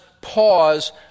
pause